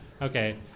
Okay